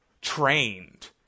trained